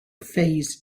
phase